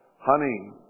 honey